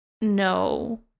no